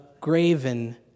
graven